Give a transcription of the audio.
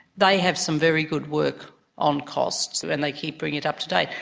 they have some very good work on costs, and they keep bringing it up to date.